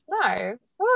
nice